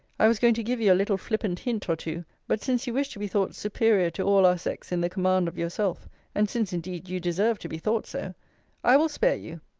i was going to give you a little flippant hint or two. but since you wish to be thought superior to all our sex in the command of yourself and since indeed you deserve to be thought so i will spare you.